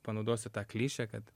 panaudosiu tą klišė kad